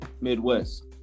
Midwest